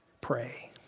Pray